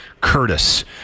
Curtis